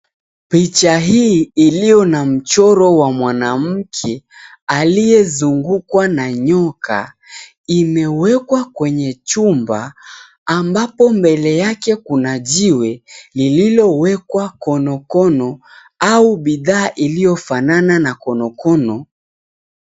Picha hii iliyo na mchoro wa mwanamke aliye zungukwa na nyoka. Imewekwa kwenye chumba ,ambapo mbele yake Kuna jiwe, lililo wekwa konokono au bidhaa iliyofanana na konokono .